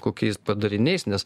kokiais padariniais nes